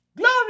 Glory